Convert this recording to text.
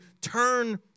turn